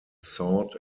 sought